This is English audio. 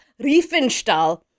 Riefenstahl